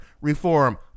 reform